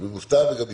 היא נוסתה וגם הצליחה,